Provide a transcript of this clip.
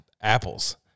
apples